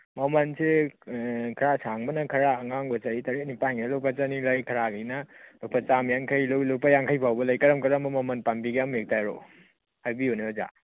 ꯃꯃꯟꯁꯦ ꯈ꯭ꯔꯥ ꯁꯥꯡꯕꯅ ꯈ꯭ꯔꯥ ꯑꯉꯥꯡ ꯃꯆꯥ ꯆꯍꯤ ꯇꯔꯦꯠ ꯅꯤꯄꯥꯜꯒꯤ ꯂꯨꯄꯥ ꯆꯅꯤ ꯂꯩ ꯈꯔ ꯒꯩꯅ ꯂꯨꯄꯥ ꯆꯥꯃ ꯌꯥꯡꯈꯩ ꯂꯧꯏ ꯂꯨꯄꯥ ꯌꯥꯡꯈꯩ ꯐꯥꯎꯕ ꯂꯩ ꯀꯔꯝ ꯀꯔꯝꯕ ꯃꯃꯟ ꯄꯥꯝꯕꯤꯒꯦ ꯑꯃꯍꯦꯛꯇ ꯍꯥꯏꯔꯧ ꯍꯥꯏꯕꯤꯌꯨꯅꯦ ꯑꯣꯖꯥ